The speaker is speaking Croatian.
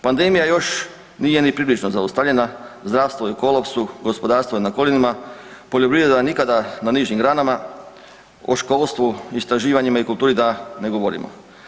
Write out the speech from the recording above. Pandemija još nije ni približno zaustavljena, zdravstvo je u kolapsu, gospodarstvo je na koljenima, poljoprivreda nikada na nižim granama, o školstvu, istraživanjima i kulturi da ne govorimo.